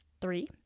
Three